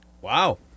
Wow